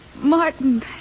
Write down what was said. Martin